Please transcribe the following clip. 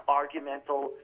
argumental